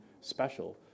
special